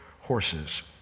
horses